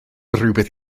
rywbeth